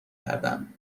کردن